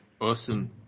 awesome